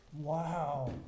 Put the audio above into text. Wow